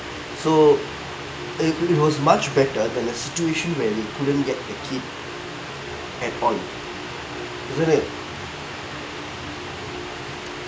so it it was much better than a situation when you couldn't get the kid at all isn't it